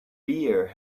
beer